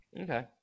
Okay